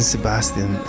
Sebastian